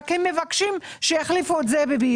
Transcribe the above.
רק הם מבקשים שיחליפו את זה בביומטרי.